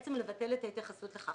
ראו לנכון לבטל את ההתייחסות לכך.